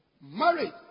married